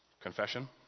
Confession